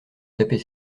taper